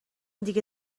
دیگه